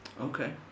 Okay